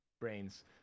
brains